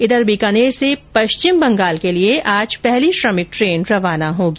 इधर बीकानेर से पश्चिम बंगाल के लिए आज पहली श्रमिक ट्रेन रवाना होगी